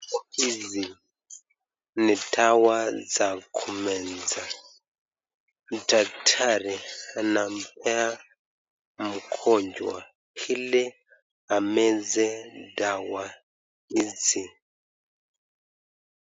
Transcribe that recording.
Hizi ni dawa za kumeza. Daktari anampea mgonjwa ili ameze dawa hizi.